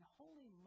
holy